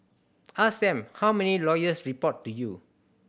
ask them how many lawyers report to you